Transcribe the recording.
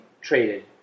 Traded